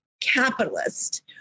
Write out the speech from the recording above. capitalist